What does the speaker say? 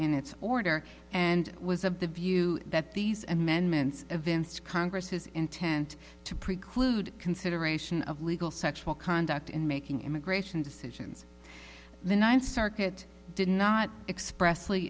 n its order and was of the view that these amendments events congresses intent to preclude consideration of legal sexual conduct in making immigration decisions the ninth circuit did not express